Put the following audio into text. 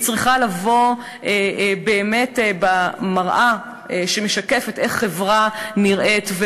היא צריכה לבוא באמת במראה שמשקפת איך חברה נראית,